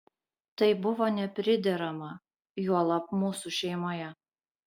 tai buvo nepriderama juolab mūsų šeimoje